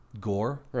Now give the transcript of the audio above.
gore